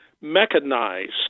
mechanized